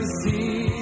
see